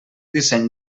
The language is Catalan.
disseny